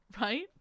Right